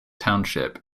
township